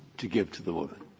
to give to the woman.